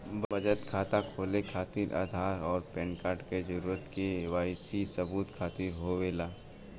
बचत खाता खोले खातिर आधार और पैनकार्ड क जरूरत के वाइ सी सबूत खातिर होवेला